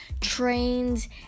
trains